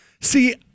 See